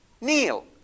kneel